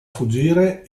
fuggire